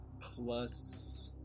plus